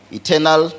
eternal